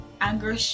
anger